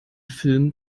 film